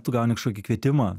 tu gauni kažkokį kvietimą